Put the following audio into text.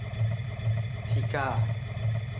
শিকা